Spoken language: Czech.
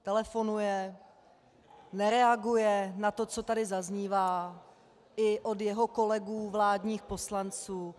Telefonuje, nereaguje na to, co tady zaznívá i od jeho kolegů vládních poslanců.